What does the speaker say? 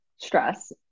stress